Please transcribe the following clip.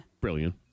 Brilliant